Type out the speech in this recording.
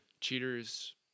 Cheaters